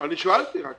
אני שאלתי רק.